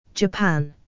Japan